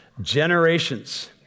generations